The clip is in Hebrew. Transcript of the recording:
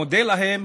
אני מודה להם